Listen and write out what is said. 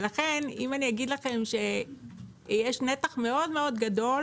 יש נתח מאוד גדול